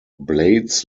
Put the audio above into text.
blades